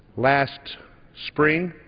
last spring,